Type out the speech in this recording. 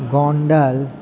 Gondal